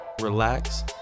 relax